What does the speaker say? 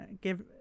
give